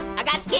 i got skills.